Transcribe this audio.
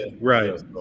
right